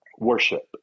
worship